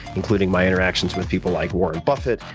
including my interactions with people like warren buffet,